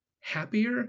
happier